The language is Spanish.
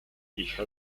hija